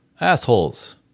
assholes